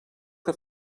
que